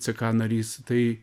ck narys tai